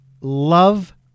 love